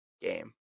Game